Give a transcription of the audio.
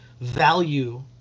value